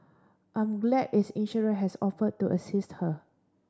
I'm glad its insurer has offered to assist her